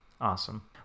Awesome